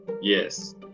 Yes